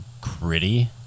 gritty